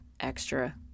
extra